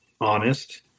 honest